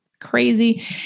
crazy